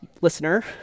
listener